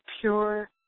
pure